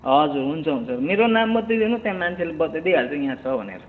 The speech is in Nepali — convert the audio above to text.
हजुर हुन्छ हुन्छ मेरो नाम मात्रै लिनु त्यहाँ मान्छेले बताइदिइहाल्छ यहाँ छ भनेर